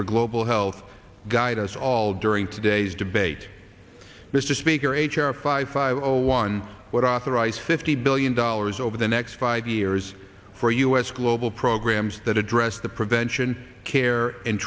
for global health guide us all during today's debate mr speaker h r five five zero zero one what authorize fifty billion dollars over the next five years for us global programs that address the prevention care and